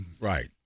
Right